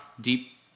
deep